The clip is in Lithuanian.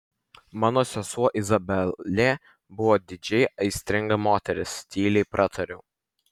mano sesuo izabelė buvo didžiai aistringa moteris tyliai pratariu